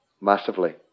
massively